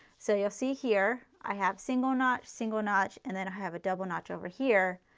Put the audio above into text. so you will see here i have single notch, single notch and then i have a double notch over here.